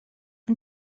ond